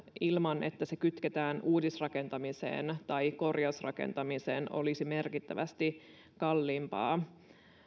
ilman että se kytketään uudisrakentamiseen tai korjausrakentamiseen olisi merkittävästi kalliimpaa